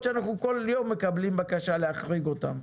שאנחנו כל יום מקבלים בקשה להחריג אותם.